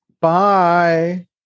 Bye